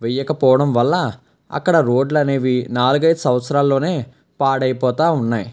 వెయ్యకపోవడం వల్ల అక్కడ రోడ్లనేవి నాలుగైదు సంవత్సరాల్లోనే పాడైపోతూ ఉన్నాయి